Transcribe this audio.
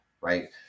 right